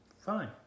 Fine